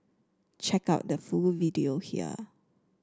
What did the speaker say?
check out the full video here